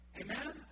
Amen